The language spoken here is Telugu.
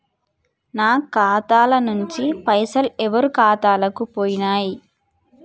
నా ఖాతా ల నుంచి పైసలు ఎవరు ఖాతాలకు పోయినయ్?